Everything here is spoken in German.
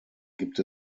gibt